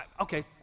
okay